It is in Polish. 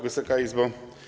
Wysoka Izbo!